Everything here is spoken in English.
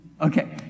Okay